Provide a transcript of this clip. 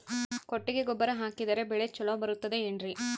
ಕೊಟ್ಟಿಗೆ ಗೊಬ್ಬರ ಹಾಕಿದರೆ ಬೆಳೆ ಚೊಲೊ ಬರುತ್ತದೆ ಏನ್ರಿ?